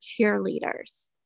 cheerleaders